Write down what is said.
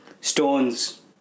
stones